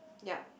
ya